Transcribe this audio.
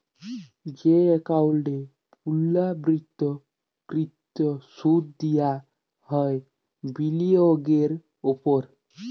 যে একাউল্টে পুর্লাবৃত্ত কৃত সুদ দিয়া হ্যয় বিলিয়গের উপর